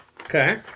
Okay